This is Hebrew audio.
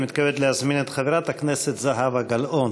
אני מתכבד להזמין את חברת הכנסת זהבה גלאון,